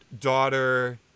daughter